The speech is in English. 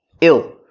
ill